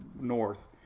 north